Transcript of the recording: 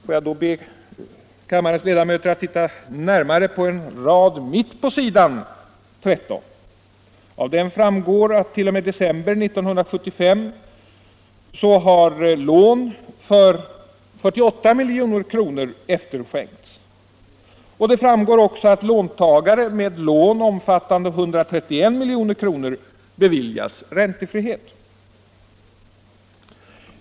Får jag då be kammarens ledamöter att titta närmare på en rad mitt på s. 13. Av den framgår att t.o.m. december 1974 har lån för 48 milj.kr. efterskänkts. Det framgår också att låntagare med lån omfattande 131 milj.kr. beviljats räntefrihet.